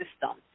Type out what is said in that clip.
system